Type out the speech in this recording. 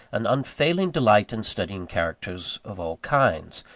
an unfailing delight in studying characters of all kinds,